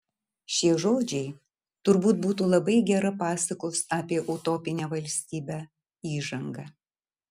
šie žodžiai turbūt būtų labai gera pasakos apie utopinę valstybę įžanga